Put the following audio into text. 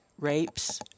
rapes